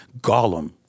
Gollum